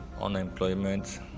unemployment